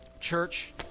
Church